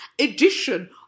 edition